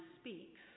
speaks